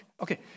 Okay